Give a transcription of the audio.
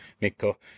Mikko